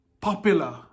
popular